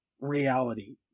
reality